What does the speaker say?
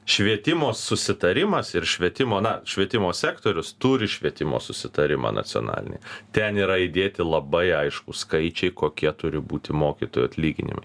švietimo susitarimas ir švietimo na švietimo sektorius turi švietimo susitarimą nacionalinį ten yra įdėti labai aiškūs skaičiai kokie turi būti mokytojų atlyginimai